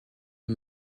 est